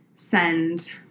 send